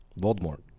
Voldemort